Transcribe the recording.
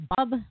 Bob